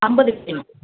ஐம்பது